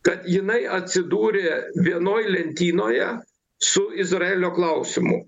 kad jinai atsidūrė vienoj lentynoje su izraelio klausimu